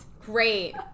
Great